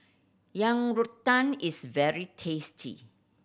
Yang Rou Tang is very tasty